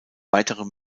weitere